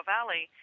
Valley